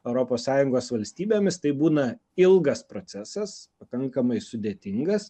europos sąjungos valstybėmis tai būna ilgas procesas pakankamai sudėtingas